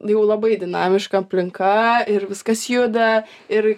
jau labai dinamiška aplinka ir viskas juda ir